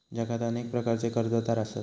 जगात अनेक प्रकारचे कर्जदार आसत